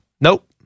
Nope